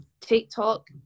TikTok